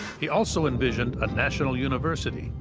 he also envisioned a national university,